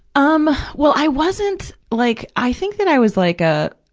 um well, i wasn't, like i think that i was, like, a,